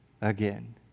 again